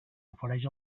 ofereix